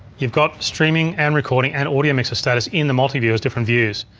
you've got streaming and recording and audio mixer status in the multiview as different views.